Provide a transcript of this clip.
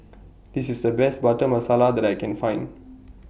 This IS The Best Butter Masala that I Can Find